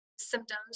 symptoms